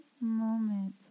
moment